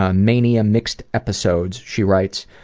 ah mania mixed episodes she writes,